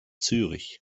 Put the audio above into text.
zürich